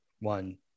one